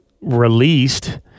released